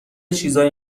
چیزایی